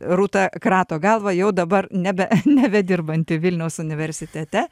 rūta krato galvą jau dabar nebe nebedirbanti vilniaus universitete